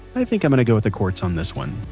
i think i'm gonna go with the courts on this one